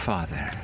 Father